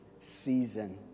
season